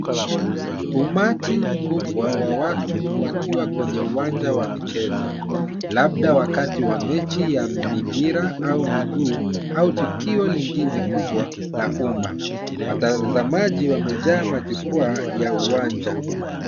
Umati mkubwa wa watu, wakiwa kwenye uwanja wa michezo, labda wakati wa mechi ya mipira au miguu, au tukio lingine kubwa la umma. Watazamaji wamejaa majukwaa ya uwanja.